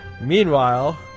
meanwhile